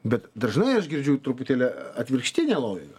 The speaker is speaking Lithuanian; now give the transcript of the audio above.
bet dažnai aš girdžiu truputėlį atvirkštinę logiką